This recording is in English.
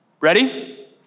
Ready